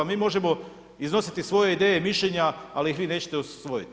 Mi možemo iznositi svoje ideje i mišljenja ali ih vi nećete usvojiti.